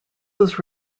was